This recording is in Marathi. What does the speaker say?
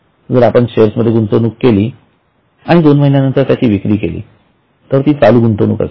जर आपण शेअर्समध्ये गुंतवणूक केली आणि दोन महिन्यांनंतर त्यांची विक्री केली तर ती चालू गुंतवणूक असेल